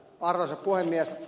arvoisa puhemies